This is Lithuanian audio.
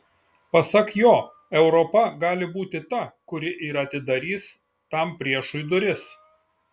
pasak jo europa gali būti ta kuri ir atidarys tam priešui duris